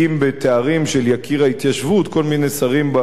של יקיר ההתיישבות כל מיני שרים בליכוד,